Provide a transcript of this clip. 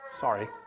Sorry